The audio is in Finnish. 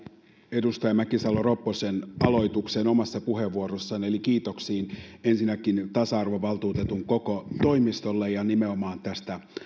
edustaja mäkisalo ropposen aloitukseen omassa puheenvuorossaan eli kiitoksiin ensinnäkin tasa arvovaltuutetun koko toimistolle ja nimenomaan tästä